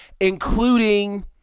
Including